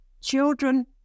children